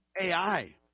AI